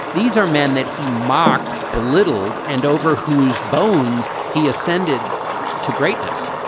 these are men that he mocked, belittled and over whose bones he ascended to greatness.